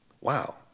Wow